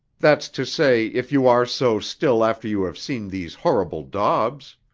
that's to say, if you are so still after you have seen these horrible daubs?